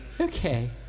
Okay